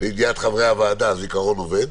לידיעת חברי הוועדה, הזיכרון עובד.